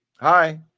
Hi